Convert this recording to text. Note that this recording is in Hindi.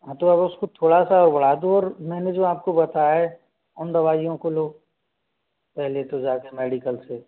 हाँ तो उसको थोड़ा सा बढ़ा दो और मैंने जो आपको बताया है उन दवाईयों को लो पहले तो जाकर मेडिकल से